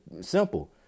simple